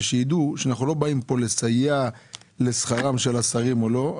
ושידעו שאנחנו לא באים פה לסייע לשכרם של השרים או לא,